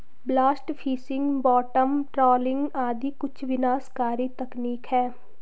blast fishing, bottom trawling आदि कुछ विनाशकारी तकनीक है